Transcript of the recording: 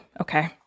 okay